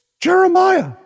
Jeremiah